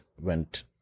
went